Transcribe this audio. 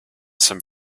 some